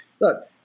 look